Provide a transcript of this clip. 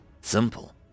Simple